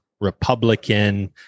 Republican